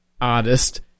artist